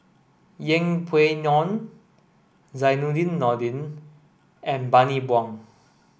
Yeng Pway Ngon Zainudin Nordin and Bani Buang